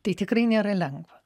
tai tikrai nėra lengva